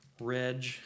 Reg